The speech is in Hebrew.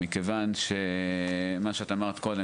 מכיוון שמה שאת אמרת קודם,